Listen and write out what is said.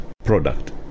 product